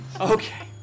Okay